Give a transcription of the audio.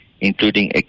including